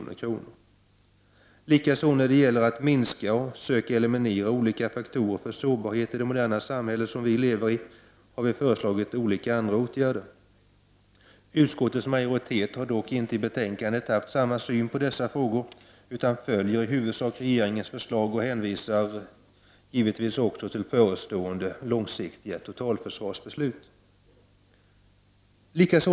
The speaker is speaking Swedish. När det gäller att minska och söka eliminera olika faktorer för sårbarheten i det moderna samhälle som vi lever i har vi föreslagit olika åtgärder. Utskottets majoritet har dock inte i betänkandet haft samma syn på dessa frågor utan följer i huvudsak regeringens förslag och hänvisar till förestående långsiktiga totalförsvarsbeslut.